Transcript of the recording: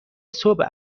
صبح